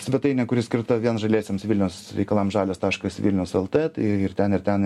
svetainė kuri skirta vien žaliesiems vilniaus reikalams žalias taškas vilniaus lt tai ir ten ir ten